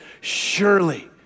surely